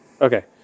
Okay